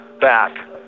back